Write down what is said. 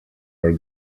are